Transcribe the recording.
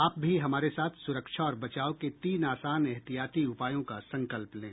आप भी हमारे साथ सुरक्षा और बचाव के तीन आसान एहतियाती उपायों का संकल्प लें